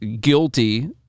guilty